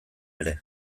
ere